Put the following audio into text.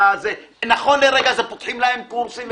נכון לרגע זה פותחים להם קורסים,